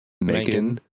Megan